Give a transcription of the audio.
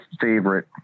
favorite